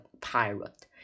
pirate